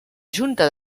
junta